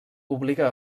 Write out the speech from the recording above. obliga